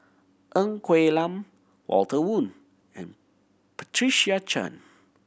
Ng Quee Lam Walter Woon and Patricia Chan